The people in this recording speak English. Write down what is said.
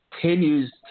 continues